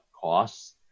costs